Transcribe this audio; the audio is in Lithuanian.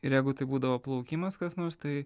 ir jeigu tai būdavo plaukimas kas nors tai